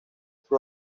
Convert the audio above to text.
sus